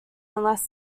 unless